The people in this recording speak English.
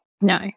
No